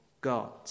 God